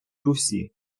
русі